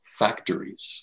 factories